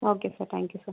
okay sir thank you sir